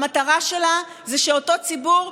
המטרה שלה זה שאותו ציבור,